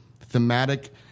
thematic